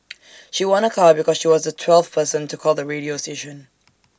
she won A car because she was the twelfth person to call the radio station